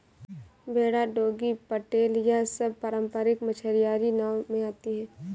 बेड़ा डोंगी पटेल यह सब पारम्परिक मछियारी नाव में आती हैं